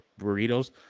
burritos